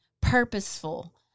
purposeful